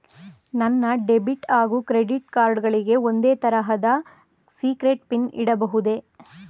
ನನ್ನ ಡೆಬಿಟ್ ಹಾಗೂ credit card ಗಳಿಗೆ ಒಂದೇ ತರಹದ ಸೀಕ್ರೇಟ್ ಪಿನ್ ಇಡಬಹುದೇ?